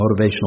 motivational